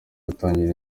gutangira